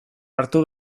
hartu